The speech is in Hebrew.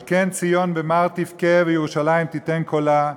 על כן ציון במר תבכה וירושלים תיתן קולה.